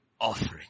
offering